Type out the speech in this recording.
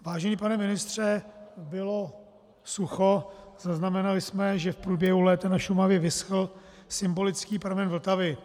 Vážený pane ministře, bylo sucho, zaznamenali jsme, že v průběhu léta na Šumavě vyschl symbolický pramen Vltavy.